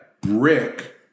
brick